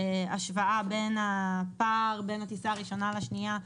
השוואה בין הפער בין הטיסה הראשונה לשנייה.